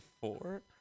four